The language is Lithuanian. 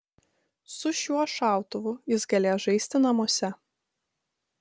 su šiuo šautuvu jis galės žaisti namuose